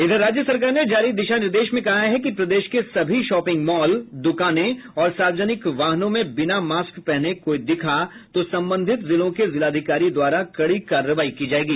इधर राज्य सरकार ने जारी दिशा निर्देश में कहा है कि प्रदेश के सभी शॉपिंग मॉल दुकानों और सार्वजनिक वाहनों में बिना मास्क पहने कोई दिखा तो संबंधित जिलों के जिलाधिकारी द्वारा कड़ी कार्रवाई की जायेगी